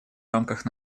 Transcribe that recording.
рамках